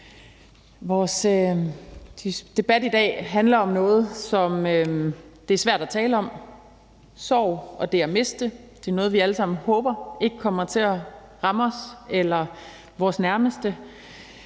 sorg. Debatten i dag handler om noget, som det er svært at tale om. Sorg og det at miste er noget, vi alle sammen håber ikke kommer til at ramme os eller vores nærmeste.